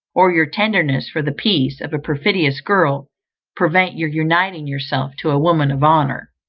or your tenderness for the peace of a perfidious girl prevent your uniting yourself to a woman of honour.